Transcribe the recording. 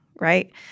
right